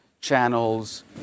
channels